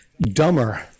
dumber